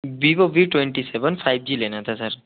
Vivo V twenty seven five G लेना था sir